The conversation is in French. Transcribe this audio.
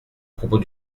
propos